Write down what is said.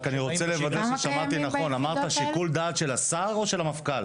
אני רק רוצה לוודא ששמעתי נכון: אמרת שיקול דעת של השר או של המפכ"ל?